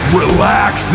relax